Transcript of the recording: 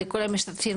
לכל המשתתפים,